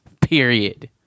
Period